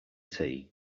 tea